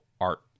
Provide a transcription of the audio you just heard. Art